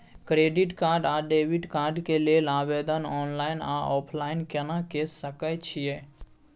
Credit card आ debit card के लेल आवेदन ऑनलाइन आ ऑफलाइन केना के सकय छियै?